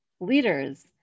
leaders